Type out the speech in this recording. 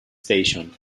station